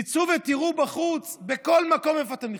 תצאו ותראו בחוץ, בכל מקום, איפה אתם נכשלים.